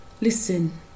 Listen